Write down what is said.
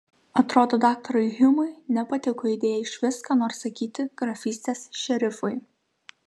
atrodo daktarui hjumui nepatiko idėja išvis ką nors sakyti grafystės šerifui